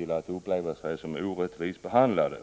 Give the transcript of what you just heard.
behöver uppleva sig som orättvist behandlade.